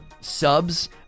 subs